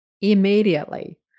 immediately